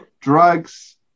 drugs